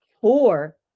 four